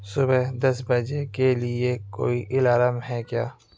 صبح دس بجے کے لیے کوئی الارم ہے کیا